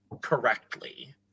correctly